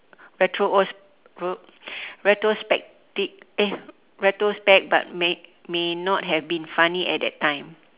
retro~ oh retrospecti~ eh retrospect but may may not have been funny at that time